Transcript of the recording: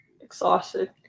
Exhausted